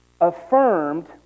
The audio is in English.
affirmed